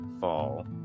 fall